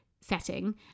setting